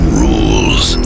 rules